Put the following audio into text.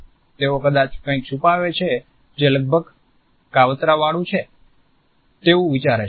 તેઓ કદાચ કંઇક છુપાવે છે જે લગભગ કાવતરાં વાળું છે તેવુ વિચારે છે